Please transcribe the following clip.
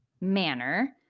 manner